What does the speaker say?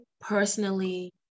personally